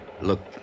Look